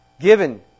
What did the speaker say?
given